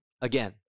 Again